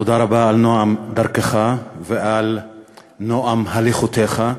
תודה רבה על נועם דרכך, ועל נועם הליכותיך.